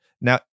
Now